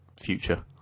future